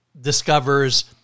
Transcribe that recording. discovers